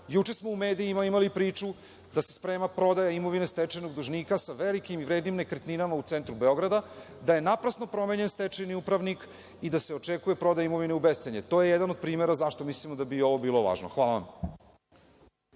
vezu. Juče smo u medijima imali priču da se sprema prodaja imovine stečajnog dužnika sa velikim i vrednim nekretninama u centru Beograda, da je naprasno promenjen stečajni upravnik i da se očekuje prodaja imovine u bescenje. To je jedan od primera zašto mislimo da bi ovo bilo važno. Hvala.